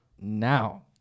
now